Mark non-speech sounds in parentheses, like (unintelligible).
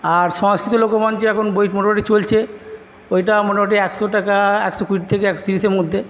আর সংস্কৃত লোকমঞ্চে এখন (unintelligible) মোটামুটি চলছে ওইটা মোটামুটি একশো টাকা একশো কুড়ি থেকে একশো তিরিশের মধ্যে